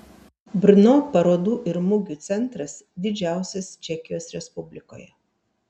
brno parodų ir mugių centras didžiausias čekijos respublikoje